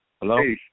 hello